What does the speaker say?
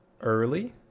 early